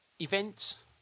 events